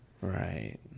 Right